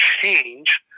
change